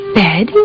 bed